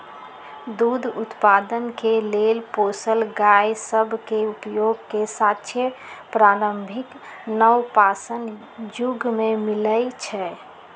दूध उत्पादन के लेल पोसल गाय सभ के उपयोग के साक्ष्य प्रारंभिक नवपाषाण जुग में मिलइ छै